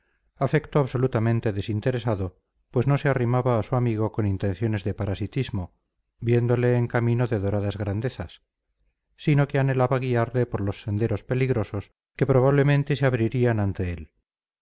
afecto absolutamente desinteresado pues no se arrimaba a su amigo con intenciones de parasitismo viéndole en camino de doradas grandezas sino que anhelaba guiarle por los senderos peligrosos que probablemente se abrirían ante él